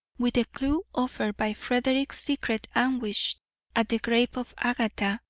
with the clew offered by frederick's secret anguish at the grave of agatha,